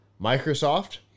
Microsoft